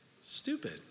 stupid